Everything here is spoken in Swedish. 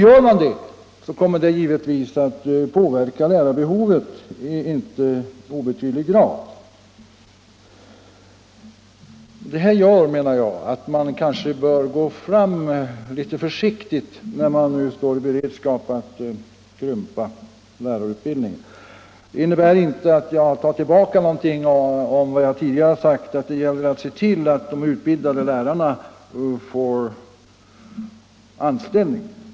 Gör man det kommer det givetvis att påverka lärarbehovet i inte obetydlig grad. Detta gör att man kanske bör gå fram litet försiktigare när man nu står i begrepp att krympa lärarutbildningen. Det innebär inte att jag tar tillbaka något av vad jag tidigare sagt, nämligen att det gäller att se till att de utbildade lärarna får anställning.